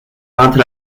entre